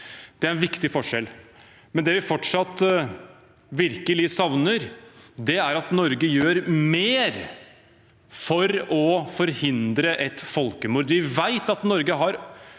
Det er en viktig forskjell. Men det vi fortsatt virkelig savner, er at Norge gjør mer for å forhindre et folkemord. Vi vet at Norge er